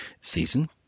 season